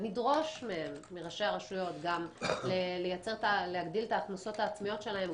ונדרוש מראשי הרשויות להגדיל את ההכנסות העצמיות שלהם,